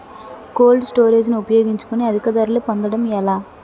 Cold storage ని ఉపయోగించుకొని అధిక ధరలు పొందడం ఎలా?